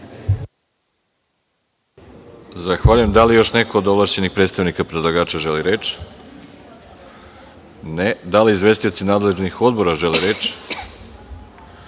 Zahvaljujem. Da li još neko od ovlašćenih predstavnika predlagača želi reč? (Ne.)Da li izvestioci nadležnih odbora žele reč?